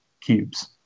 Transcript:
cubes